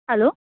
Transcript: hello